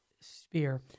sphere